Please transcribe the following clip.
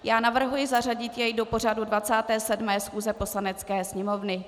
Já navrhuji zařadit jej do pořadu 27. schůze Poslanecké sněmovny.